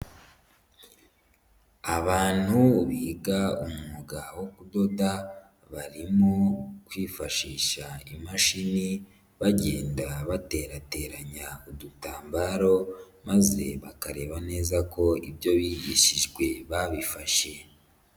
Abantu biga umwuga wo udoda barimo kwifashisha imashini bagenda baterateranya udutambaro, maze bakareba neza ko ibyo bigishijwe babifashe.